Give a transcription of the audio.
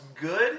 good